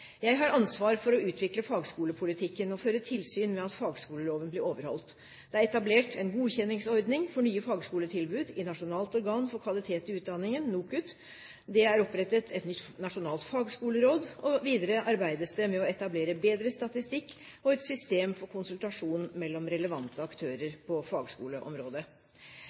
Jeg har ansvar for å utvikle fagskolepolitikken og føre tilsyn med at fagskoleloven blir overholdt. Det er etablert en godkjenningsordning for nye fagskoletilbud i Nasjonalt organ for kvalitet i utdanningen – NOKUT. Det er opprettet et nytt nasjonalt fagskoleråd, og videre arbeides det med å etablere bedre statistikk og et system for konsultasjon mellom relevante aktører på fagskoleområdet.